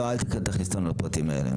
אל תכניסי אותנו לפרטים האלה.